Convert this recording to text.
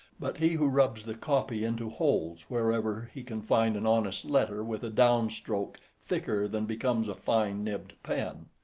but he who rubs the copy into holes wherever he can find an honest letter with a downstroke thicker than becomes a fine-nibbed pen.